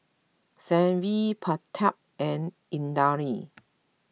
Sanjeev Pratap and Indranee